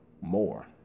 more